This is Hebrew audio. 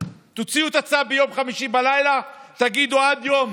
תוציאו את הצו ביום חמישי בלילה ותגידו שעד יום